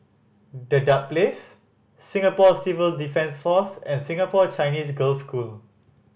Dedap Place Singapore Civil Defence Force and Singapore Chinese Girls' School